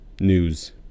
news